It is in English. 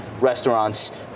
restaurants